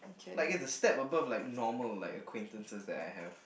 like it's a step above like normal like acquaintances that I have